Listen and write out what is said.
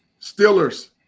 Steelers